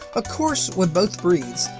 ah course with both breeds,